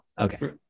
Okay